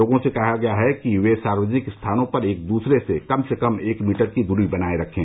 लोगों से कहा गया है कि वे सार्वजनिक स्थानों पर एक दूसरे से कम से कम एक मीटर की दूरी बनाये रखें